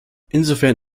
insofern